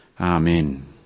Amen